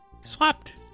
Swapped